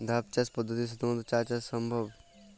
ধাপ চাষ পদ্ধতিতে শুধুমাত্র চা চাষ সম্ভব?